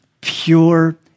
pure